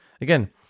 again